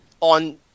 on